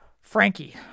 Frankie